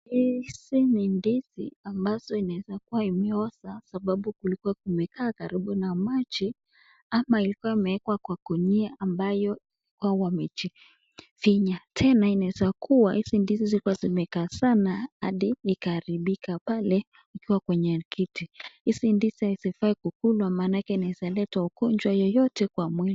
Hizi ni ndizi ambazo inaweza kuwa imeoza kwa sababu kulikuwa kumekaa karibu na maji ama ilikuwa imewekwa kwa gunia ambayo hao imejifinya tena inaweza kuwa hizi ndizi zilikuwa zimekaa sana hadi zikaharibika pale ikiwa kwenye kiti. Hizi ndizi hazifai kukulwa maanake inaweza leta ugonjwa yeyote kwa mwili.